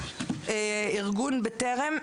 ארגון בטרם,